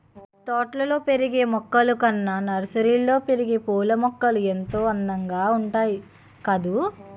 తోటల్లో పెరిగే మొక్కలు కన్నా నర్సరీలో పెరిగే పూలమొక్కలు ఎంతో అందంగా ఉంటాయి కదూ